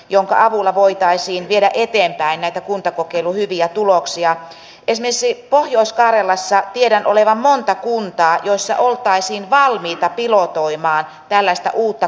saatava nykyistä paremmin leviämään ja mitä paremmin tieto kulkee mitä paremmin yhteensopivia järjestelmiä meillä on sitä paremmat mahdollisuudet tässä myös on onnistua